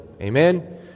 Amen